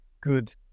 good